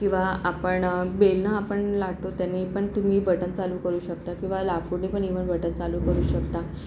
किंवा आपण बेलन आपण लाटतो त्यानी पण तुम्ही बटन चालू करू शकता किंवा लाकूडनीपण इव्हन बटन चालू करू शकता